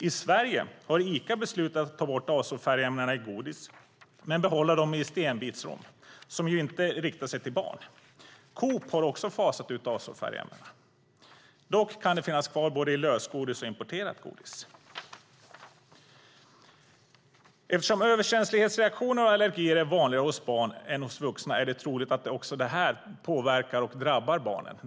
I Sverige har Ica beslutat att ta bort azofärgämnen i godis men behålla dem i stenbitsrom som ju inte riktar sig till barn. Coop har också fasat ut azofärgämnen. Dock kan det finnas kvar i lösgodis och i importerat godis. Då överkänslighetsreaktioner och allergier är vanligare hos barn än hos vuxna är det troligt att också detta främst drabbar och påverkar barn.